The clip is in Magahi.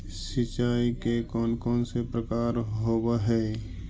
सिंचाई के कौन कौन से प्रकार होब्है?